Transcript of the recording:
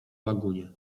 lagunie